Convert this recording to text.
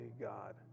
God